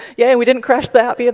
yeah, we didn't crash the app, either.